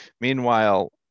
Meanwhile